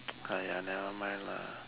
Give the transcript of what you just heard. !aiya! nevermind lah